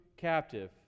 captive